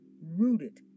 rooted